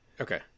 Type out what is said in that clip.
Okay